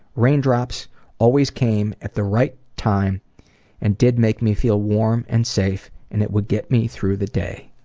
raindrops always came at the right time and did make me feel warm and safe, and it would get me through the day.